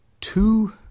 two